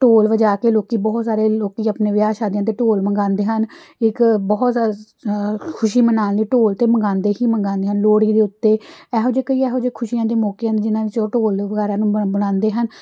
ਢੋਲ ਵਜਾ ਕੇ ਲੋਕ ਬਹੁਤ ਸਾਰੇ ਲੋਕ ਆਪਣੇ ਵਿਆਹ ਸ਼ਾਦੀਆਂ 'ਤੇ ਢੋਲ ਮੰਗਵਾਉਂਦੇ ਹਨ ਇੱਕ ਬਹੁਤ ਜ਼ਿਆਦਾ ਖੁਸ਼ੀ ਮਨਾਉਣ ਲਈ ਢੋਲ ਤਾਂ ਮੰਗਾਉਂਦੇ ਹੀ ਮੰਗਾਉਂਦੇ ਹਨ ਲੋਹੜੀ ਦੇ ਉੱਤੇ ਇਹੋ ਜਿਹੇ ਕਈ ਇਹੋ ਜਿਹੇ ਖੁਸ਼ੀਆਂ ਦੇ ਮੌਕੇ ਹਨ ਜਿਹਨਾਂ ਵਿੱਚ ਉਹ ਟੋਲ ਵਗੈਰਾ ਨੂੰ ਬਣ ਬਣਾਉਂਦੇ ਹਨ